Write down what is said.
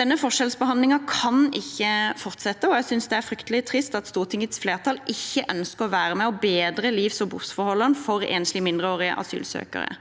Denne forskjellsbehandlingen kan ikke fortsette, og jeg synes det er fryktelig trist at Stortingets flertall ikke ønsker å være med og bedre livs- og boforholdene for enslige mindreårige asylsøkere.